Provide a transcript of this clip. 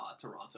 Toronto